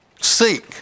Seek